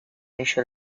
unisce